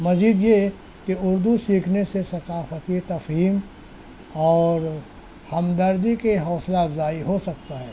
مزید یہ کہ اردو سیکھنے سے ثقافتی تفہیم اور ہمدردی کے حوصلہ افزائی ہو سکتا ہے